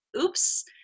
oops